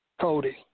Cody